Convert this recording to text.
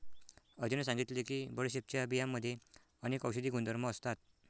अजयने सांगितले की बडीशेपच्या बियांमध्ये अनेक औषधी गुणधर्म असतात